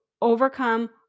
overcome